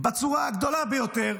בצורה הגדולה ביותר.